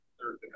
third